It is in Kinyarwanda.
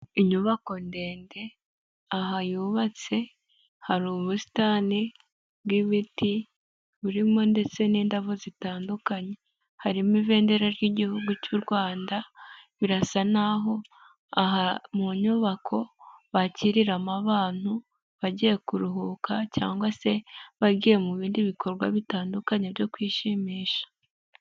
Inyubako ndende aha yubatse hari ubusitani bw'ibiti burimo ndetse n'indabo zitandukanye, harimo ibendera ry'igihugu cy'u Rwanda birasa naho aha mu nyubako bakiriramo abantu bagiye kuruhuka cyangwa se bagiye mu bindi bikorwa bitandukanye byo kwishimisha.